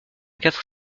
quatre